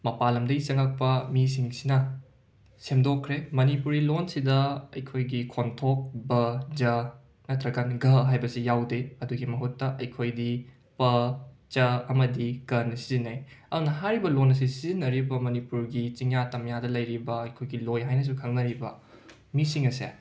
ꯃꯄꯥꯟ ꯂꯝꯗꯒꯤ ꯆꯪꯂꯛꯄ ꯃꯤꯁꯤꯡꯁꯤꯅ ꯁꯦꯝꯗꯣꯛꯈ꯭ꯔꯦ ꯃꯅꯤꯄꯨꯔꯤ ꯂꯣꯟꯁꯤꯗ ꯑꯩꯈꯣꯏꯒꯤ ꯈꯣꯟꯊꯣꯛ ꯕ ꯖ ꯅꯠꯇ꯭ꯔꯀꯥꯟ ꯘ ꯍꯥꯏꯕꯁꯤ ꯌꯥꯎꯗꯦ ꯑꯗꯨꯒꯤ ꯃꯍꯨꯠꯇ ꯑꯩꯈꯣꯏꯗꯤ ꯄ ꯆ ꯑꯃꯗꯤ ꯀ ꯅ ꯁꯤꯖꯤꯟꯅꯩ ꯑꯗꯨꯅ ꯍꯥꯏꯔꯤꯕ ꯂꯣꯟ ꯑꯁꯤ ꯁꯤꯖꯤꯟꯅꯔꯤꯕ ꯃꯅꯤꯄꯨꯔꯒꯤ ꯆꯤꯡꯌꯥ ꯇꯝꯌꯥꯗ ꯂꯩꯔꯤꯕ ꯑꯩꯈꯣꯏꯒꯤ ꯂꯣꯏ ꯍꯥꯏꯅꯁꯨ ꯈꯪꯅꯔꯤꯕ ꯃꯤꯁꯤꯡ ꯑꯁꯦ